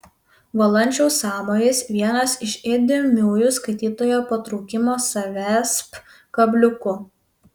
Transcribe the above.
valančiaus sąmojis vienas iš įdėmiųjų skaitytojo patraukimo savęsp kabliukų